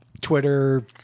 Twitter